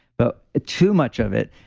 but ah too much of it,